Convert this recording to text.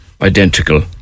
identical